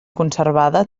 conservada